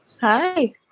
Hi